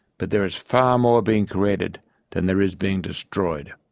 but there is far more being created than there is being destroyed.